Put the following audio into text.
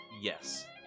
Yes